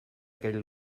aquell